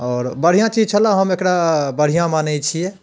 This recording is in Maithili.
आओर बढ़िआँ चीज छलऽ हम एकरा बढ़िआँ मानै छियै